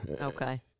Okay